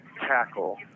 tackle